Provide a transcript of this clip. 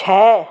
छः